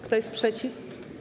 Kto jest przeciw?